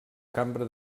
cambra